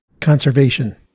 Conservation